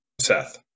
Seth